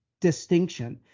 distinction